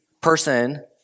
person